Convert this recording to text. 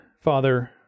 Father